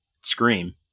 Scream